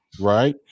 right